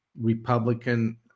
Republican